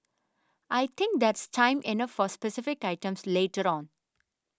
I think there's time enough for specific items later on